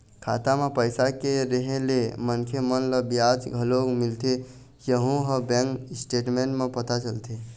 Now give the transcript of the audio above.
खाता म पइसा के रेहे ले मनखे मन ल बियाज घलोक मिलथे यहूँ ह बैंक स्टेटमेंट म पता चलथे